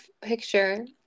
picture